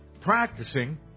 practicing